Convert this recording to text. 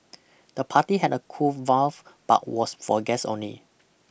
the party had a cool valve but was for guests only